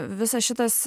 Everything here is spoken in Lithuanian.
visas šitas